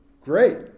Great